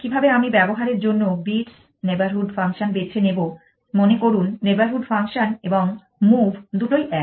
কিভাবে আমি ব্যবহারের জন্য bits নেইবরহুড ফাংশন বেছে নেব মনে করুন নেইবরহুড ফাংশন এবং মুভ দুটোই এক